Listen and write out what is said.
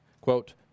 quote